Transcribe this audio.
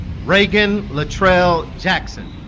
reagan latrelle jackson